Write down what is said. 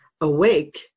awake